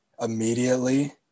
immediately